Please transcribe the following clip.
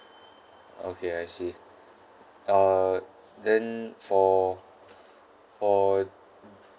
okay I see uh then for for